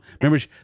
Remember